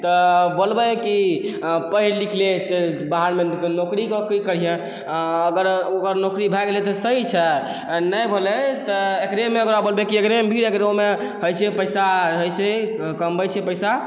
तऽ बोलबै कि पढ़ि लिख ले बाहरमे निकलिकऽ नौकरी तौकरी करिहेँ अगर ओकर नौकरी भऽ गेलै तऽ सही छै अगर नहि होलै तऽ एकरेमे ओकरा बोलबै कि एकरेमे भिड़ एकरोमे होइ छै पैसा होइ छै कमबै छिए पैसा एकरत्ती